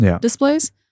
displays